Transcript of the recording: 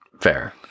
fair